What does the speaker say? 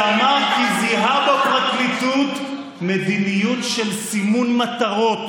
שאמר כי זיהה בפרקליטות מדיניות של סימון מטרות?